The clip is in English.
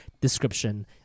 description